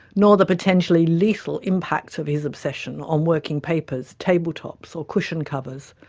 nor the potentially lethal impact of his obsession on working papers, table tops or cushion covers,